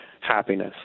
happiness